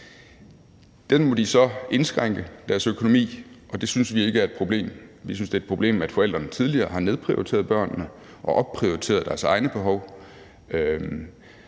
Derfor må de så indskrænke deres økonomi, og det synes vi ikke er et problem; vi synes, at det er et problem, at de tidligere har nedprioriteret børnene og opprioriteret deres egne behov.